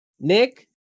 Nick